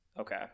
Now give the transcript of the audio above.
Okay